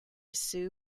sue